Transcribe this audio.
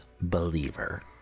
Believer